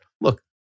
Look